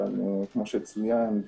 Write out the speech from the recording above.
אבל כמו שצוין,